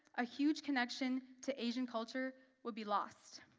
a huge connection to asian culture would be lost.